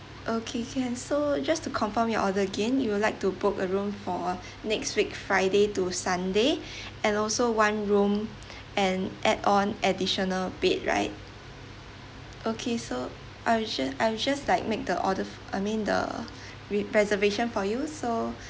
okay can so just to confirm your order again you would like to book a room for next week friday to sunday and also one room and add on additional bed right okay so I'll just I will just like make the order I mean the re~ reservation for you so